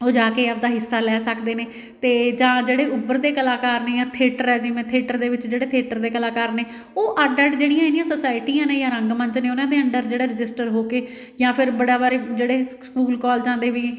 ਉਹ ਜਾ ਕੇ ਆਪਣਾ ਹਿੱਸਾ ਲੈ ਸਕਦੇ ਨੇ ਅਤੇ ਜਾਂ ਜਿਹੜੇ ਉਭਰਦੇ ਕਲਾਕਾਰ ਨੇ ਜਾਂ ਥੀਏਟਰ ਹੈ ਜਿਵੇਂ ਥੀਏਟਰ ਦੇ ਵਿੱਚ ਜਿਹੜੇ ਥੀਏਟਰ ਦੇ ਕਲਾਕਾਰ ਨੇ ਉਹ ਅੱਡ ਅੱਡ ਜਿਹੜੀਆਂ ਇਹਦੀਆਂ ਸੋਸਾਇਟੀਆਂ ਨੇ ਜਾਂ ਰੰਗਮੰਚ ਨੇ ਉਹਨਾਂ ਦੇ ਅੰਡਰ ਜਿਹੜਾ ਰਜਿਸਟਰ ਹੋ ਕੇ ਜਾਂ ਫਿਰ ਬੜਾ ਵਾਰੀ ਜਿਹੜੇ ਸਕੂਲ ਕੋਲਜਾਂ ਦੇ ਵੀ